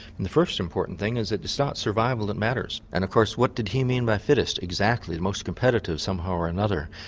and the first important thing is that it's not survival that matters and of course what did he mean by fittest, exactly? the most competitive somehow or another.